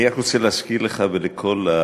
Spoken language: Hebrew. אני רק רוצה להזכיר לך ולכל היושבים,